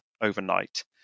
overnight